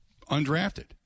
undrafted